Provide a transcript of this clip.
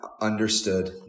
Understood